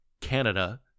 Canada